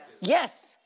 Yes